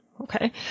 Okay